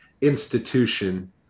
institution